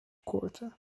quarter